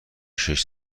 شماره